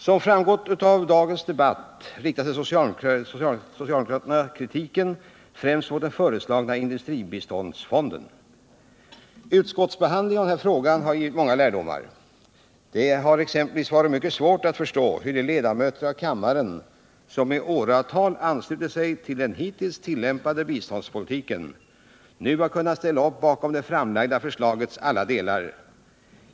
Som framgått av dagens debatt riktar socialdemokraterna kritiken främst mot den föreslagna industribiståndsfonden. Utskottsbehandlingen av denna fråga har givit många lärdomar. Det har exempelvis varit mycket svårt att förstå hur de ledamöter av kammaren som i åratal anslutit sig till den hittills tillämpade biståndspolitiken nu har kunnat ställa upp bakom det framlagda förslagets alla delar.